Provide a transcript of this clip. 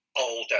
older